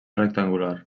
rectangular